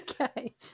Okay